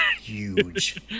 huge